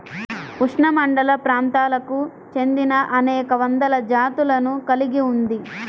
ఉష్ణమండలప్రాంతాలకు చెందినఅనేక వందల జాతులను కలిగి ఉంది